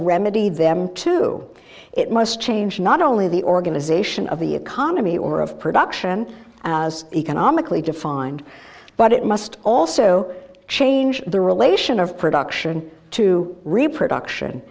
remedied them to it must change not only the organization of the economy or of production as economically defined but it must also change the relation of production to reproduction